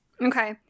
Okay